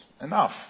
enough